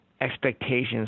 expectations